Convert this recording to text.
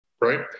right